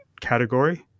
category